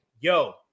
yo